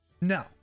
No